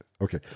Okay